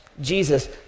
Jesus